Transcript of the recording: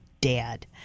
Dad